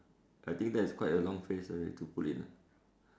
I think that is quite a long phrase already to put in ah